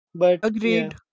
agreed